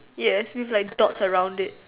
yes with like dots around it